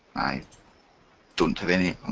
i don't have any.